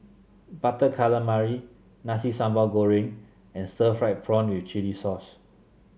Butter Calamari Nasi Sambal Goreng and Stir Fried Prawn with Chili Sauce